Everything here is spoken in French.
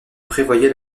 prévoyait